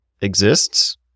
exists